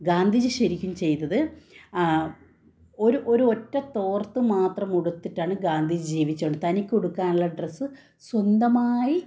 ഗാന്ധിജി ശരിക്കും ചെയ്തത് ഒരു ഒരു ഒറ്റ തോര്ത്ത് മാത്രം ഉടുത്തിട്ടാണ് ഗാന്ധിജി ജീവിച്ചത് തനിക്ക് ഉടുക്കാനുള്ള ഡ്രസ്സ് സ്വന്തമായി